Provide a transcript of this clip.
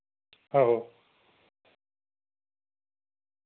आहो